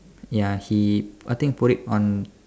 ya he I think put it on